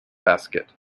basket